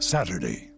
Saturday